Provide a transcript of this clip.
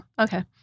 okay